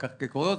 רק כקוריוז,